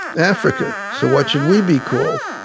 africa. so what should we be called?